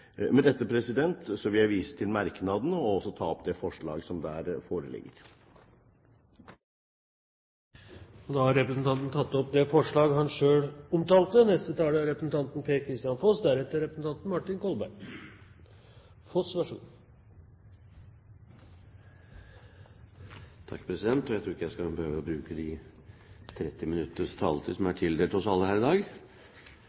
Med dette vil jeg vise til merknadene, og ta opp det forslag som foreligger i innstillingen. Representanten Ulf Erik Knudsen har tatt opp det forslag han refererte til. Jeg tror ikke jeg skal behøve å bruke de 30 minutters taletid som er